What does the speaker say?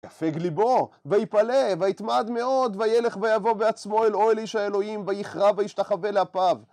יפג ליבו, ויפלא, ויתמד מאוד, וילך ויבוא בעצמו אל אוהל איש האלוהים, ויכרע וישתחווה לאפיו.